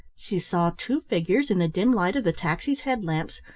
she saw two figures in the dim light of the taxi's head lamps,